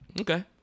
Okay